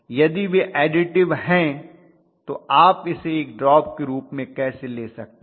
यदि वे ऐडिटिव हैं तो आप इसे एक ड्रॉप drop के रूप में कैसे ले सकते हैं